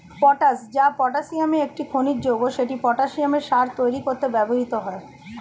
potash, যা পটাসিয়ামের একটি খনিজ যৌগ, সেটি পটাসিয়াম সার তৈরি করতে ব্যবহৃত হয়